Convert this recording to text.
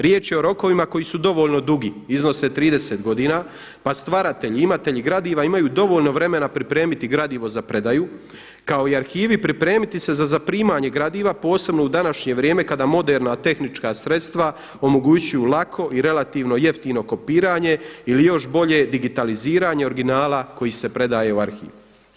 Riječ je o rokovima koji su dovoljno dugi, iznose 30 godina pa stvaratelji, imatelji gradiva imaju dovoljno vremena pripremiti gradivo za predaju kao i arhivi pripremiti se za zaprimanje gradiva posebno u današnje vrijeme kada moderna tehnička sredstva omogućuju lako i relativno jeftino kopiranje ili još bolje digitaliziranje originala koji se predaje u arhiv.